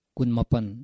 Kunmapan